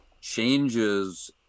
changes